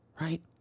right